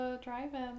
Driving